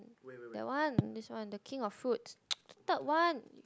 that one this one the king of fruits the third one